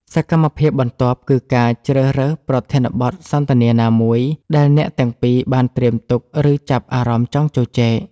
សកម្មភាពបន្ទាប់គឺការជ្រើសរើសប្រធានបទសន្ទនាណាមួយដែលអ្នកទាំងពីរបានត្រៀមទុក ឬចាប់អារម្មណ៍ចង់ជជែក។